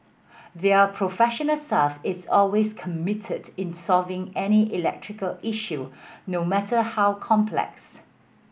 their professional staff is always committed in solving any electrical issue no matter how complex